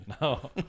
No